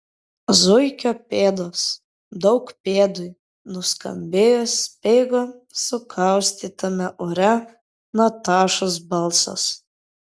zuikio pėdos daug pėdui nuskambėjo speigo su kaustytame ore natašos balsas